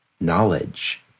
knowledge